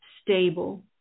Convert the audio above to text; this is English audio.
stable